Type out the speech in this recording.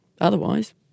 Otherwise